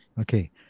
okay